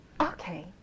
okay